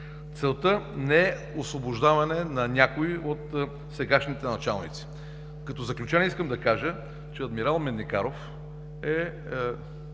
Целта не е освобождаване на някои от сегашните началници. Като заключение искам да кажа, че адмирал Медникаров е